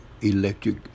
electric